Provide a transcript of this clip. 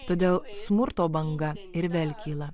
todėl smurto banga ir vėl kyla